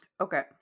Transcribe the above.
okay